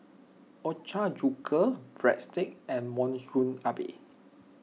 Ochazuke Breadsticks and Monsunabe